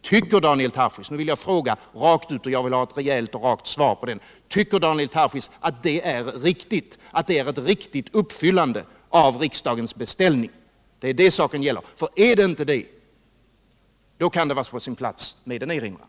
Tycker Daniel Tarschys - jag ställer en rak fråga, och jag vill ha ett rejält och rakt svar—att det är ett riktigt uppfyllande av riksdagens beställning? Är det inte det kan det vara på sin plats med en erinran.